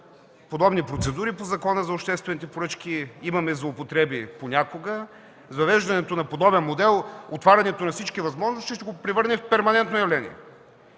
подобни процедури по Закона за обществените поръчки имаме злоупотреби понякога, с въвеждането на подобен модел – отварянето на всички възможности, ще го превърнем в перманентно явление.